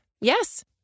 Yes